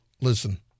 Listen